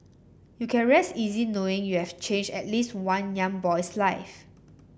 you can rest easy knowing you have changed at least one young boy's life